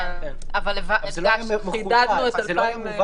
אבל חידדנו לגבי 2019. זה לא היה מכוון